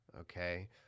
Okay